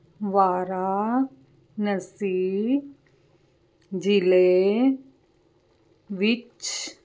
ਵਾਰਾਨਸੀ ਜ਼ਿਲ੍ਹੇ ਵਿੱਚ